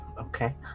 Okay